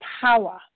power